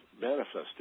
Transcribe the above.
manifesting